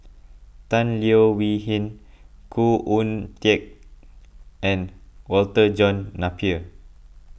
Tan Leo Wee Hin Khoo Oon Teik and Walter John Napier